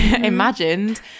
imagined